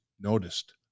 noticed